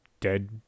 dead